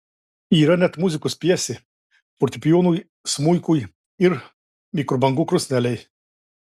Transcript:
yra net muzikos pjesė fortepijonui smuikui ir mikrobangų krosnelei